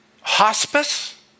hospice